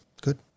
Good